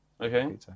Okay